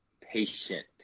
patient